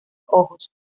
ojos